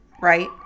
right